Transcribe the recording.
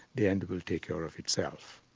the end will take care of itself.